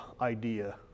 idea